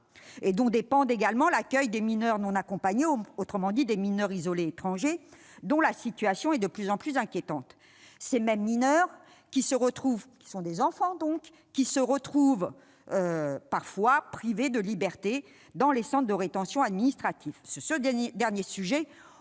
et dont dépend l'accueil des mineurs non accompagnés, autrement dit des mineurs isolés étrangers dont la situation se révèle de plus en plus inquiétante ; ces mêmes mineurs- des enfants donc ! -qui se retrouvent parfois privés de liberté dans les centres de rétention administrative. Ce dernier sujet